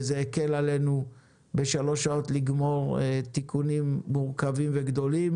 וזה הקל עלינו בשלוש שעות לגמור תיקונים מורכבים וגדולים.